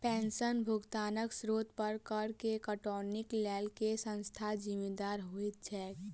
पेंशनक भुगतानक स्त्रोत पर करऽ केँ कटौतीक लेल केँ संस्था जिम्मेदार होइत छैक?